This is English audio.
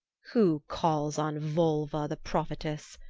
who calls on volva the prophetess?